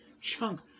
chunk